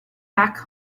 back